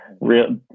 real